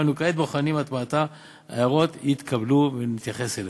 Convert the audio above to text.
וכעת אנחנו בוחנים את הטמעת ההערות שהתקבלו ונתייחס אליהן.